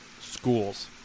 schools